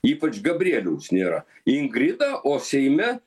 ypač gabrieliaus nėra ingrida o seime